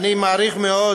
אני מעריך מאוד